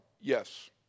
Yes